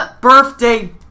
Birthday